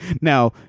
Now